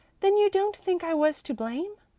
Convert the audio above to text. then you don't think i was to blame?